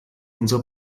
unser